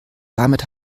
damit